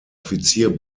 offizier